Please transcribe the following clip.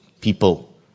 people